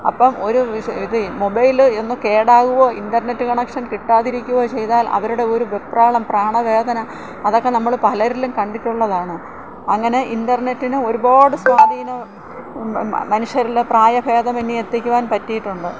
അപ്പം ഒരു ഇത് മൊബൈല് ഇന്ന് കേടാവുമോ ഇൻറ്റർനെറ്റ് കണക്ഷൻ കിട്ടാതിരിക്കുകയോ ചെയ്താൽ അവരുടെ ഒരു വെപ്രാളം പ്രാണവേദന അതൊക്കെ നമ്മൾ പലരിലും കണ്ടിട്ടുള്ളതാണ് അങ്ങനെ ഇൻറ്റർനെറ്റിന് ഒരുപാട് സ്വാധീനം മനുഷ്യരിൽ പ്രായഭേദമന്യേ എത്തിക്കാൻ പറ്റിയിട്ടുണ്ട്